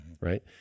right